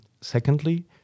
Secondly